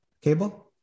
cable